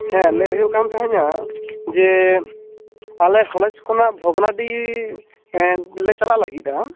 ᱦᱮᱸ ᱞᱟᱹᱭ ᱦᱩᱭᱩᱜ ᱠᱟᱱ ᱛᱟᱦᱮᱸᱜᱼᱟ ᱡᱮ ᱟᱞᱮ ᱠᱚᱞᱮᱡᱽ ᱠᱷᱚᱱᱟᱜ ᱵᱷᱚᱜᱽᱱᱟᱰᱤ ᱞᱮ ᱪᱟᱞᱟ ᱞᱟᱹᱜᱤᱫᱼᱟ